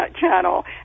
channel